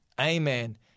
Amen